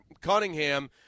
Cunningham